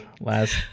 last